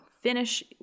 finish